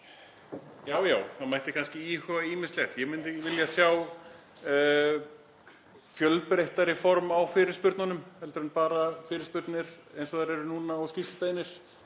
Já, það mætti kannski íhuga ýmislegt. Ég myndi vilja sjá fjölbreyttari form á fyrirspurnum heldur en bara fyrirspurnir eins og þær eru núna og skýrslubeiðnir.